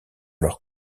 leurs